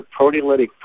proteolytic